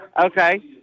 Okay